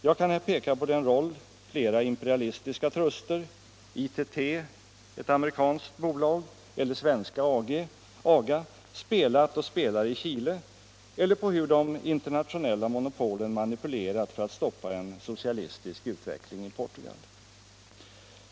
Jag kan här peka på den roll flera imperialistiska truster — ITT, ett amerikanskt bolag, eller svenska AGA — spelat och spelar i Chile, eller på hur de internationella monopolen manipulerat för att stoppa en socialistisk utveckling i Portugal.